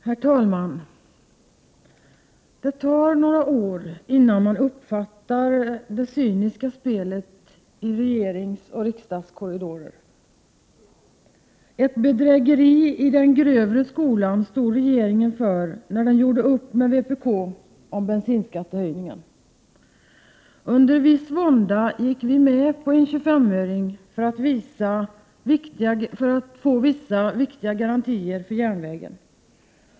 Herr talman! Det tar några år innan man uppfattar det cyniska spelet i regeringsoch riksdagskorridorer. Ett bedrägeri i den grövre skolan stod regeringen för, när den gjorde upp med vpk om bensinskattehöjningen. Under viss vånda gick vi med på en 25-öring för att få viktiga garantier för järnvägen.